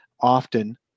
often